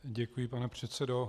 Děkuji, pane předsedo.